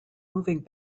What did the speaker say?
moving